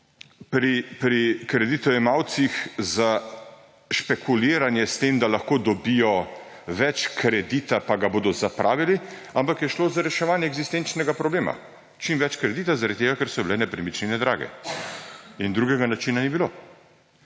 pri kreditojemalcih za špekuliranje s tem, da lahko dobijo več kredita, pa ga bodo zapravili, ampak je šlo za reševanje eksistenčnega problema – čim več kredita zaradi tega, ker so bile nepremičnine drage. In drugega načina ni bilo.